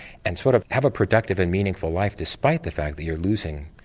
and sort of have a productive and meaningful life despite the fact that you're losing,